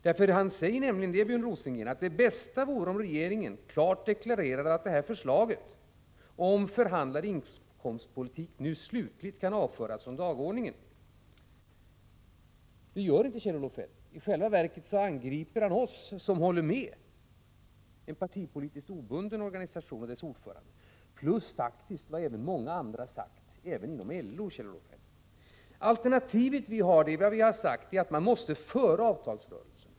Björn Rosengren säger att det bästa vore om regeringen klart deklarerade att förslaget om förhandlad inkomstpolitik nu slutligt kan avföras från dagordningen. Men det gör inte Kjell-Olof Feldt. I själva verket angriper han oss som håller med en partipolitiskt obunden organisation och dess ordföran de och även många andra — även inom LO — som faktiskt har sagt samma sak, Kjell-Olof Feldt! Alternativet är, som vi har sagt, att föra avtalsrörelsen.